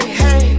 hey